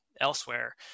elsewhere